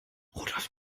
rudolf